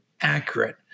accurate